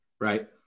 right